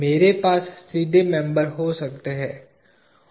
मेरे पास सीधे मेंबर हो सकते थे